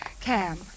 Cam